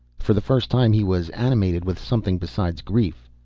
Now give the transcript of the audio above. for the first time he was animated with something besides grief.